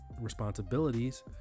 responsibilities